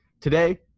Today